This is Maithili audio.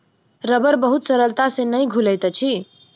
रबड़ बहुत सरलता से नै घुलैत अछि